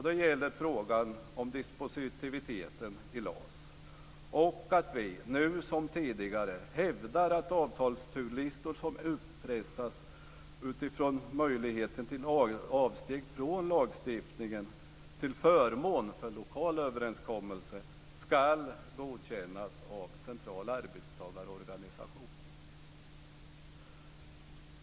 Det gäller frågan om dispositiviteten i LAS och att vi, nu som tidigare, hävdar att avtalsturlistor som upprättas utifrån möjligheten till avsteg från lagstiftningen till förmån för lokal överenskommelse ska godkännas av central arbetstagarorganisation.